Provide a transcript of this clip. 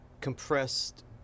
compressed